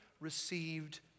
received